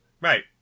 Right